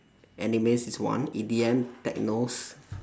anime is one E_D_M techno